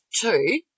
Two